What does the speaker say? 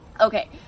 Okay